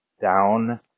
down